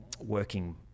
working